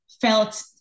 felt